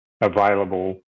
available